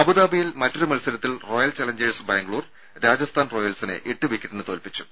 അബുദാബിയിൽ മറ്റൊരു മത്സരത്തിൽ റോയൽ ചലഞ്ചേഴ്സ് ബാംഗ്ലൂർ രാജസ്ഥാൻ റോയൽസിനെ എട്ട് വിക്കറ്റിന് തോൽപ്പിച്ചു